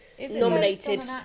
nominated